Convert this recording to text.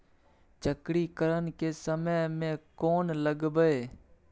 चक्रीकरन के समय में कोन लगबै?